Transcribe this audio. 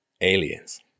aliens